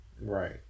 Right